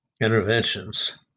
interventions